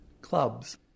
clubs